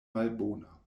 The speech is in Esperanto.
malbona